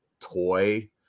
toy